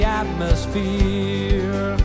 atmosphere